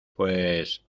pues